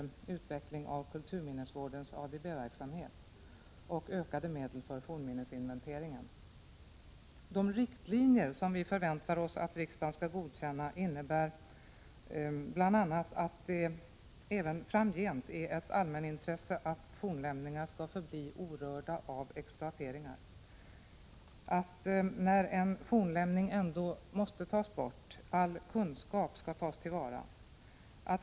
De riktlinjer som vi förväntar oss att riksdagen skall godkänna innebär bl.a. att det även framgent skall vara ett allmänintresse att fornlämningar får förbli orörda av exploateringar. När en fornlämning ändock tas bort, skall all kunskap tas till vara.